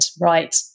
right